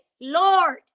lord